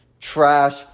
trash